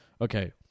Okay